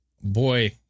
boy